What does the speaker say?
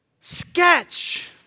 sketch